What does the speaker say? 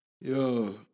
Yo